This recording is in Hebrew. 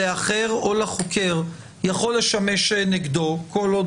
לאחר או לחוקר יכול לשמש נגדו כל עוד